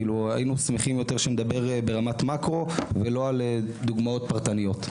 היינו שמחים יותר שנדבר ברמת מקרו ולא על דוגמאות פרטניות.